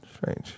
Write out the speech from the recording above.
Strange